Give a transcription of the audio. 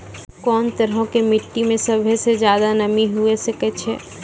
कोन तरहो के मट्टी मे सभ्भे से ज्यादे नमी हुये सकै छै?